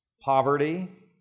poverty